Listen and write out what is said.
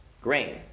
grain